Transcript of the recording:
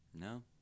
No